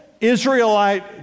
Israelite